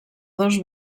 dos